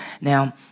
now